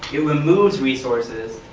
it removes resources,